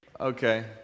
okay